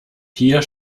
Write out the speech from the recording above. hier